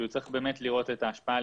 צריך לראות את ההשפעה,